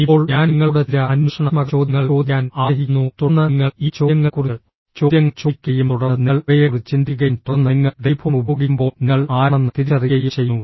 ഇപ്പോൾ ഞാൻ നിങ്ങളോട് ചില അന്വേഷണാത്മക ചോദ്യങ്ങൾ ചോദിക്കാൻ ആഗ്രഹിക്കുന്നു തുടർന്ന് നിങ്ങൾ ഈ ചോദ്യങ്ങളെക്കുറിച്ച് ചോദ്യങ്ങൾ ചോദിക്കുകയും തുടർന്ന് നിങ്ങൾ അവയെക്കുറിച്ച് ചിന്തിക്കുകയും തുടർന്ന് നിങ്ങൾ ടെലിഫോൺ ഉപയോഗിക്കുമ്പോൾ നിങ്ങൾ ആരാണെന്ന് തിരിച്ചറിയുകയും ചെയ്യുന്നു